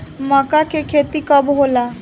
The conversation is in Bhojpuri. माका के खेती कब होला?